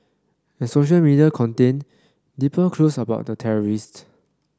and social media contained deeper clues about the terrorists